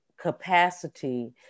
capacity